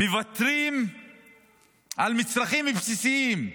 מוותרים על מצרכים בסיסיים: